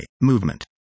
movement